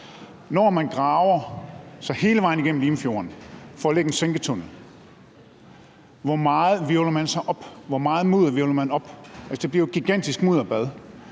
Når man graver sig hele vejen igennem Limfjorden for at lægge en sænketunnel, hvor meget hvirvler man så op? Hvor meget mudder hvirvler man op? Altså, det bliver jo et gigantisk mudderbad.